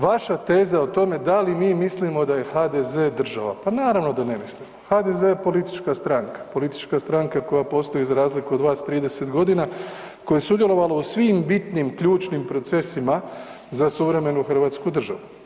Vaša teza o tome da li mi mislimo da je HDZ država, pa naravno da ne mislimo, HDZ je politička stranka, politička stranka, koja postoji, za razliku od vas, 30 godina, koja je sudjelovala u svim bitnim ključnim procesima za suvremenu hrvatsku državu.